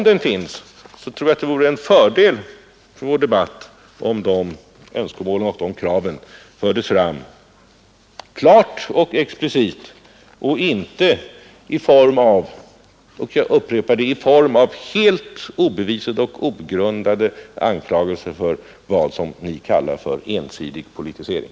Jag tror att det vore till fördel för debatten om sådana önskemål och krav fördes fram klart och expressivt och inte i form av — jag upprepar det — helt obevisade och ogrundade anklagelser om ”ensidig politisering”.